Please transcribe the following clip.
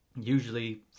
usually